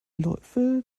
läufe